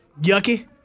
Yucky